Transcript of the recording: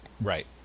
Right